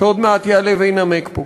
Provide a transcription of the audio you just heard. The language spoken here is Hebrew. שעוד מעט יעלה וינמק פה.